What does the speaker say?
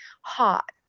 hot